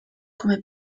come